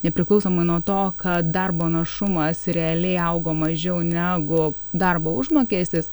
nepriklausomai nuo to kad darbo našumas realiai augo mažiau negu darbo užmokestis